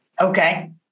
Okay